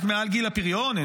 רק מעל גיל הפריון,